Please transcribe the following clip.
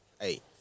hey